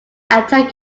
attack